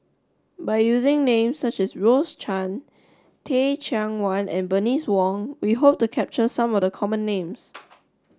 by using names such as Rose Chan Teh Cheang Wan and Bernice Wong we hope to capture some of the common names